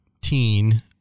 teen